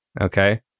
Okay